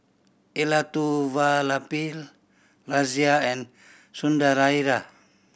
Elattuvalapil Razia and Sundaraiah